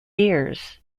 years